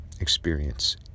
experience